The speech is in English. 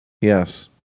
yes